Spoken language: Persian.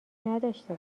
نداشته